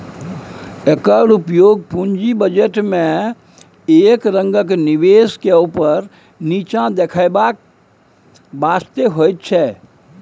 एकर उपयोग पूंजी बजट में एक रंगक निवेश के ऊपर नीचा देखेबाक वास्ते होइत छै